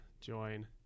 join